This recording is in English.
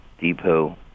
depot